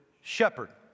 shepherd